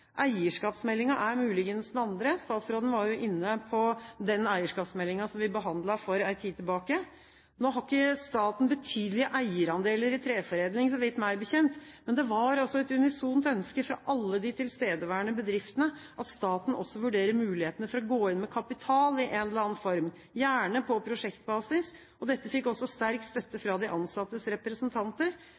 er muligens den andre. Statsråden var jo inne på den eierskapsmeldingen som vi behandlet for en tid tilbake. Nå har ikke staten betydelige eierandeler i treforedling, meg bekjent, men det var et unisont ønske fra alle de tilstedeværende bedriftene at staten også vurderer mulighetene for å gå inn med kapital i en eller annen form, gjerne på prosjektbasis. Dette fikk også sterk støtte fra de ansattes representanter.